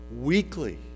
weekly